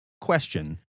question